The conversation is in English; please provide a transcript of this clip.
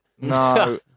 No